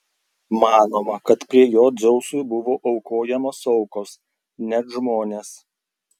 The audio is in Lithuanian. manoma kad prie jo dzeusui buvo aukojamos aukos net žmonės